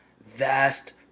vast